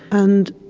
and